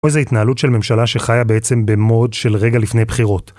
או איזו התנהלות של ממשלה שחיה בעצם במוד של רגע לפני בחירות.